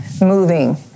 moving